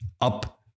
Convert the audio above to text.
up